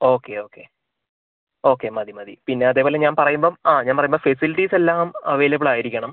okay okay okay മതി മതി പിന്നെ അതുപോലെ ഞാൻ പറയുമ്പോൾ ആ ഞാൻ പറയുമ്പോൾ ഫെസിലിറ്റീസ് എല്ലാം അവൈലബിൾ ആയിരിക്കണം